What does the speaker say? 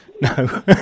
No